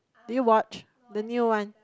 do you watch the new one